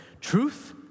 truth